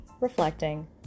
reflecting